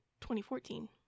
2014